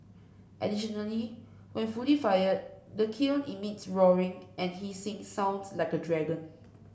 additionally when fully fired the kiln emits roaring and hissing sounds like a dragon